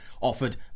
offered